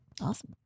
Awesome